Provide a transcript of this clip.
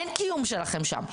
אין קיום שלכם שם.